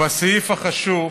והסעיף החשוב,